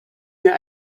mir